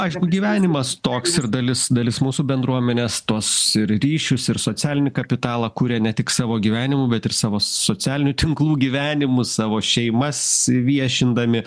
aišku gyvenimas toks ir dalis dalis mūsų bendruomenės tuos ir ryšius ir socialinį kapitalą kuria ne tik savo gyvenimu bet ir savo socialinių tinklų gyvenimu savo šeimas viešindami